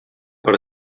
per